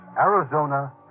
Arizona